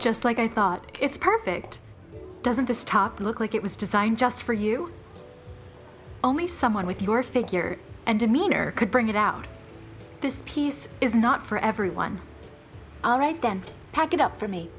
just like i thought it's perfect doesn't this top look like it was designed just for you only someone with your figure and demeanor could bring it out this piece is not for everyone all right then pack it up for me